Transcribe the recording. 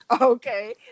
Okay